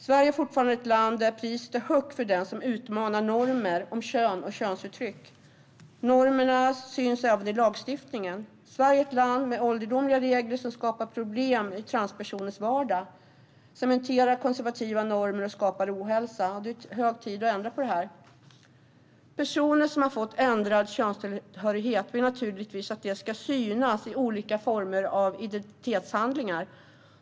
Sverige är fortfarande ett land där priset är högt för den som utmanar normer om kön och könsförtryck. Normerna syns även i lagstiftningen. Sverige är ett land med ålderdomliga regler som skapar problem i transpersoners vardag, cementerar konservativa normer och skapar ohälsa. Det är hög tid att ändra på detta. Personer som har fått ändrad könstillhörighet vill naturligtvis att det ska synas i olika former av identitetshandlingar.